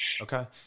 Okay